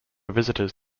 visitors